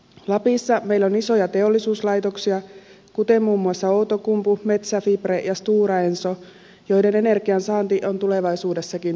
lapissa meillä on isoja teollisuuslaitoksia kuten muun muassa outokumpu metsä fibre ja stora enso joiden energiansaanti on tulevaisuudessakin turvattava